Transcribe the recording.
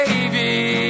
Baby